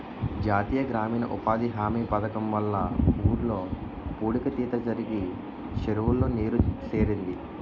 జాతీయ గ్రామీణ ఉపాధి హామీ పధకము వల్ల ఊర్లో పూడిక తీత జరిగి చెరువులో నీరు సేరింది